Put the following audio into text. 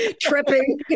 tripping